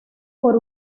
por